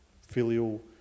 filial